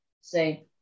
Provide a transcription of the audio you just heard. say